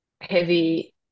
heavy